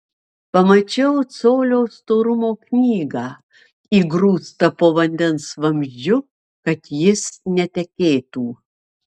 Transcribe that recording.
pamačiau colio storumo knygą įgrūstą po vandens vamzdžiu kad jis netekėtų